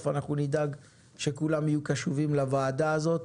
אנחנו נדאג שכולם יהיו קשובים לוועדה הזאת.